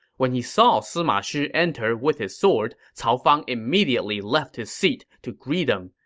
when he saw sima shi enter with his sword, cao fang immediately left his seat to greet him.